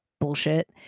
bullshit